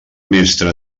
mestre